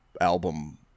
album